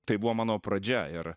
tai buvo mano pradžia ir